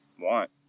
want